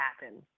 happen